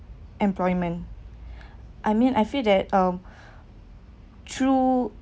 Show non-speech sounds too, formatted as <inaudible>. employment <breath> I mean I feel that um <breath> through